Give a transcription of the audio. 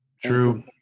true